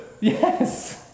Yes